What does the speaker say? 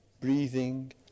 breathing